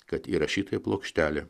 kad įrašytoji plokštelė